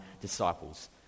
disciples